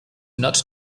not